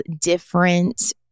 different